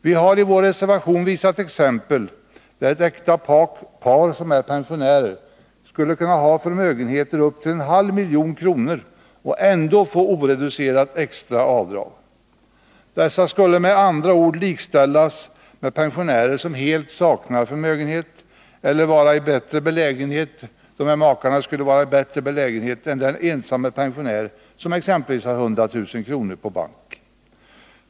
Vi har i vår reservation visat på exempel, där ett äkta par som är pensionärer skulle kunna ha förmögenheter på upp till en halv milj.kr. och ändå få oreducerat extra avdrag. Dessa makar skulle med andra ord likställas med de pensionärer som helt saknar förmögenhet eller vara i bättre belägenhet än den ensamstående pensionär som exempelvis har 100 000 kr. på bank.